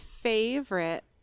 favorite